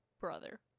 Brother